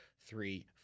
three